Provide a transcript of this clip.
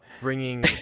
bringing